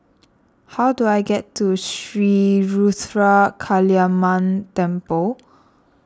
how do I get to Sri Ruthra Kaliamman Temple